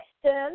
question